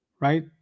Right